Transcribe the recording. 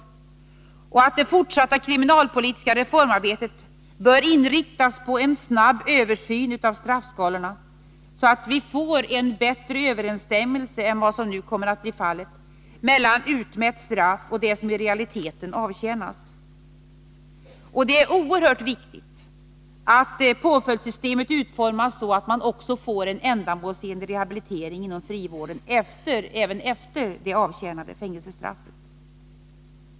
Det fortsatta kriminalpolitiska reformarbetet bör inriktas på en snabb översyn av straffskalorna, så att vi får en bättre överensstämmelse än vad som nu kommer att bli fallet mellan utmätt straff och det som i realiteten avtjänas. Det är oerhört viktigt att påföljdssystemet utformas så, att man också får en ändamålsenlig rehabilitering inom frivården, även efter det avtjänade fängelsestraffet.